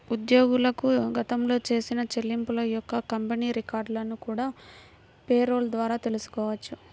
ఉద్యోగులకు గతంలో చేసిన చెల్లింపుల యొక్క కంపెనీ రికార్డులను కూడా పేరోల్ ద్వారా తెల్సుకోవచ్చు